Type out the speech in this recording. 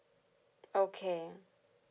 okay